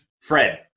Fred